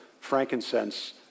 frankincense